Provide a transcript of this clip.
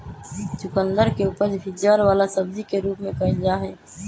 चुकंदर के उपज भी जड़ वाला सब्जी के रूप में कइल जाहई